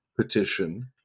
petition